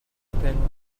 peine